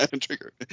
Trigger